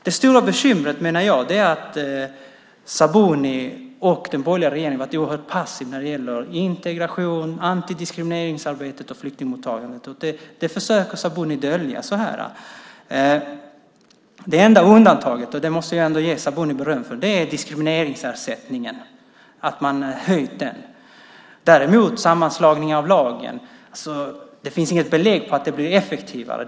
Det stora bekymret, menar jag, är att Sabuni och den borgerliga regeringen har varit oerhört passiva när det gäller integration, antidiskrimineringsarbete och flyktingsmottagande. Det försöker Sabuni dölja. Det enda undantaget, och det måste jag ändå ge Sabuni beröm för, är att man har höjt diskrimineringsersättningen. Däremot finns det inget belägg för att sammanslagningen till en lag gör att den blir effektivare.